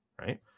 right